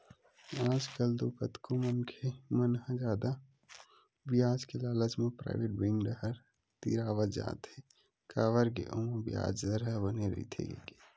आजकल तो कतको मनखे मन ह जादा बियाज के लालच म पराइवेट बेंक डाहर तिरावत जात हे काबर के ओमा बियाज दर ह बने रहिथे कहिके